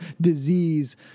disease